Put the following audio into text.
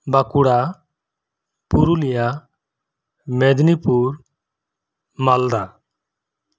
Bankura Purulia Medinipur Malda